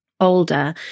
older